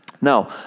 Now